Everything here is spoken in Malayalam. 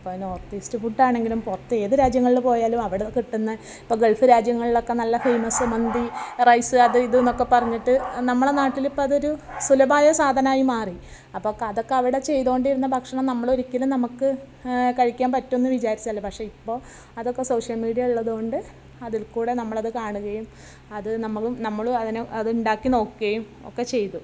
ഇപ്പം നോർത്തീസ്റ്റ് ഫുഡ്ഡാണെങ്കിലും പുറത്ത് ഏത് രാജ്യങ്ങളിൽ പോയാലും അവിടുന്ന് കിട്ടുന്ന ഇപ്പം ഗൾഫ് രാജ്യങ്ങളിലൊക്കെ നല്ല ഫേമസ്സ് മന്തി റൈസ് അത് ഇത് എന്നൊക്കെ പറഞ്ഞിട്ട് നമ്മുടെ നാട്ടിലിപ്പം അതൊരു സുലഭമായ സാധനമായി മാറി അപ്പം ഒക്കെ അതൊക്കെ അവിടെ ചെയ്തുകൊണ്ടിരുന്ന ഭക്ഷണം നമ്മൾ ഒരിക്കലും നമുക്ക് കഴിക്കാൻ പറ്റും എന്ന് വിചാരിച്ചതല്ല പക്ഷെ ഇപ്പോൾ അതൊക്കെ സോഷ്യൽ മീഡ്യ ഉള്ളത് കൊണ്ട് അതിൽക്കൂടെ നമ്മളത് കാണുകയും അത് നമ്മളും നമ്മളും അതിനെ ഉണ്ടാക്കി നോക്കുകയും ഒക്കെ ചെയ്തു